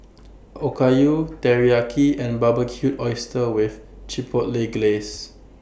Okayu Teriyaki and Barbecued Oysters with Chipotle Glaze